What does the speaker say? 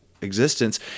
existence